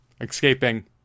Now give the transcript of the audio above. escaping